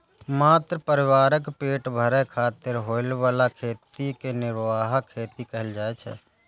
मात्र परिवारक पेट भरै खातिर होइ बला खेती कें निर्वाह खेती कहल जाइ छै